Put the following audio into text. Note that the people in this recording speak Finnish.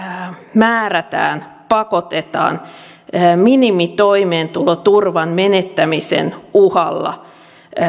määrätään pakotetaan minimitoimeentuloturvan menettämisen uhalla